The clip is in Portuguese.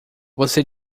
você